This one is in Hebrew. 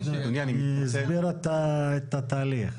היא הסבירה את התהליך.